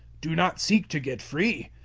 do not seek to get free.